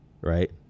right